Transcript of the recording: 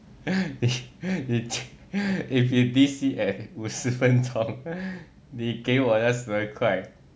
if you D_C at 五十分钟你给我那个十二块